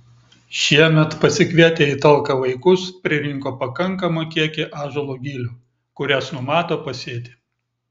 šiemet pasikvietę į talką vaikus pririnko pakankamą kiekį ąžuolo gilių kurias numato pasėti